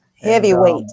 heavyweight